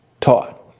taught